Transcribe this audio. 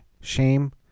shame